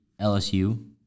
LSU